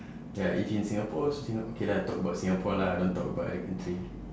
ya if in singapore also singa~ okay lah talk about singapore lah don't talk about other country